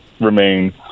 remain